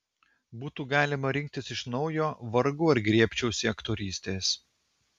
būtų galima rinktis iš naujo vargu ar griebčiausi aktorystės